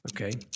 okay